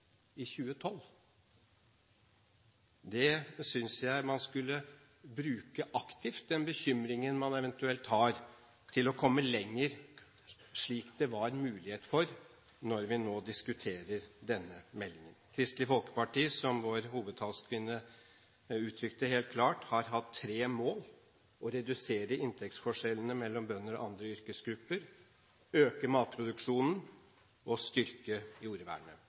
i 2012. Jeg synes man skal bruke aktivt den bekymringen man eventuelt har, til å komme lenger, slik det var mulighet for når vi nå diskuterer denne meldingen. Kristelig Folkeparti, som vår hovedtalskvinne uttrykte helt klart, har hatt tre mål: redusere inntektsforskjellene mellom bønder og andre yrkesgrupper, øke matproduksjonen og styrke